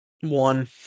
One